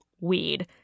weed